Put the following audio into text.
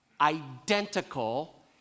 identical